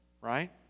right